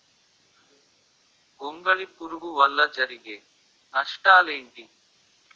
గొంగళి పురుగు వల్ల జరిగే నష్టాలేంటి?